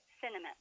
cinnamon